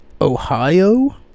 Ohio